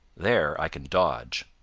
there i can dodge.